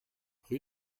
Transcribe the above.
rue